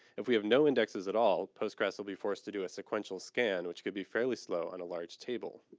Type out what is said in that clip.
if we have no indexes at all postgress will be forced to do a sequential scan, which could be fairly slow on a large table.